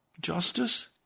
justice